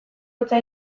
hutsa